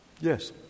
Yes